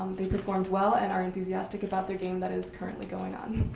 they performed well and are enthusiastic about their game that is currently going on.